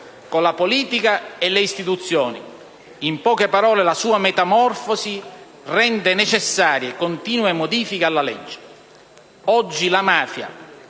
con la politica e le istituzioni, in poche parole la sua metamorfosi, rende necessarie continue modifiche alla legge. Oggi la mafia